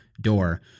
Door